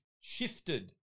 shifted